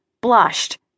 blushed